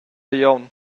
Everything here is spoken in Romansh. glion